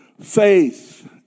Faith